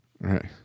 Right